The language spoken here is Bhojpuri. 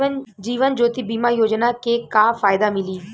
जीवन ज्योति बीमा योजना के का फायदा मिली?